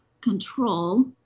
control